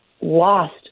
lost